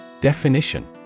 Definition